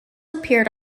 appeared